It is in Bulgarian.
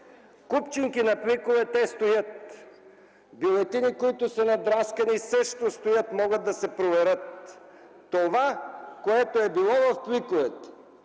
Купчинките на пликовете стоят, бюлетини, които са надраскани – също стоят, могат да се проверят. Това, което е било в пликовете